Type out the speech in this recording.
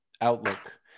outlook